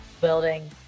building